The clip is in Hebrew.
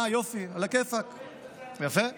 אני אצביע בעד,